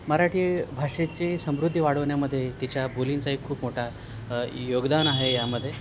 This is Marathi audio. मराठी भाषेची समृद्धी वाढवण्यामध्ये तिच्या बोलींचा एक खूप मोठा योगदान आहे यामध्ये